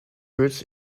roots